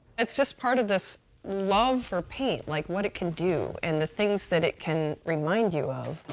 it's just part of this love for paint, like what it can do and the things that it can remind you of.